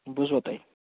بوٗزوا تۅہہِ